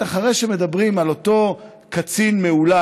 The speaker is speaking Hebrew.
אחרי שמדברים על אותו קצין מהולל,